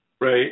Right